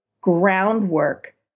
groundwork